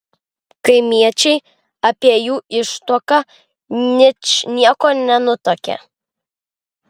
kaimiečiai apie jų ištuoką ničnieko nenutuokė